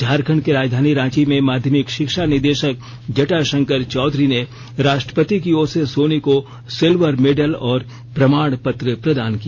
झारखंड की राजधानी रांची में माध्यमिक शिक्षा निदेशक जटाशंकर चौधरी ने राष्ट्रपति की ओर से सोनी को सिल्वर मेडल और प्रमाण पत्र प्रदान किया